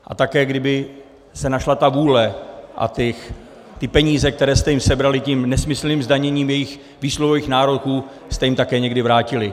A také kdyby se našla vůle a ty peníze, které jste jim sebrali nesmyslným zdaněním jejich výsluhových nároků, jste jim také někdy vrátili.